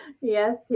Yes